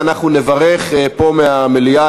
אנחנו עוברים